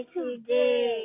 today